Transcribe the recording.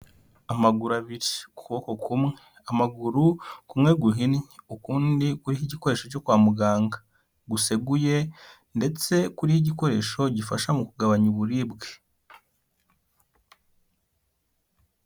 Amaguru abiri. Ukuboko kumwe. Amaguru, kumwe guhinnye ukundi kuriho igikoresho cyo kwa muganga, guseguye ndetse kuriho igikoresho gifasha mu kugabanya uburibwe.